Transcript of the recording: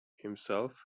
himself